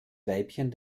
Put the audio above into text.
weibchen